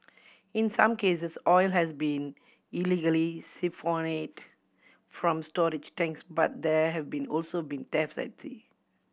in some cases oil has been illegally siphoned from storage tanks but there have been also been thefts at sea